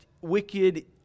wicked